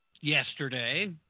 yesterday